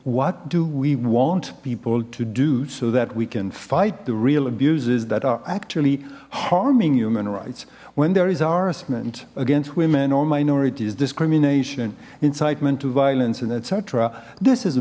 what do we want people to do so that we can fight the real abuses that are actually harming human rights when there is our esmond against women or minorities discrimination incitement to violence and etc this is a